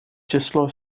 число